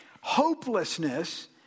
Hopelessness